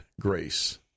grace